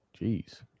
Jeez